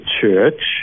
church